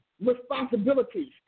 responsibilities